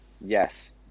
Yes